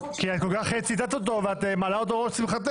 כל כך ציטטת אותו והעלית אותו על ראש שמחתך,